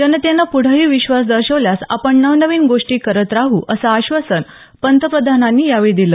जनतेनं प्ढंही विश्वास दर्शवल्यास आपण नवनवीन गोष्टी करत राहू असं आश्वासन पंतप्रधानांनी यावेळी दिलं